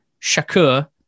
Shakur